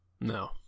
No